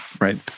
right